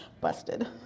Busted